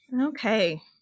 Okay